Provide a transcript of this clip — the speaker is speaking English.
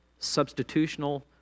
substitutional